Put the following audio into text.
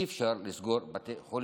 אי-אפשר לסגור בתי חולים,